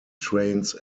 trains